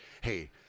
hey